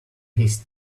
his